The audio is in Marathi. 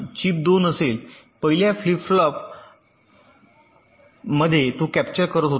चिप 2 असेल पहिल्या फ्लिप फ्लॉपमध्ये तो कॅप्चर करत आहे